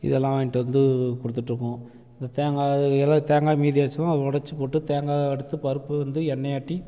இதெல்லாம் வாங்கிட்டு வந்து கொடுத்துட்ருக்கோம் இந்த தேங்காய் இதலாம் தேங்காய் மீதியாச்சுனால் அதை உடச்சி போட்டு தேங்காவை எடுத்து பருப்பு வந்து எண்ணெய் ஆட்டி